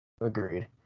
Agreed